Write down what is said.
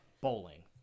Bowling